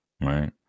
Right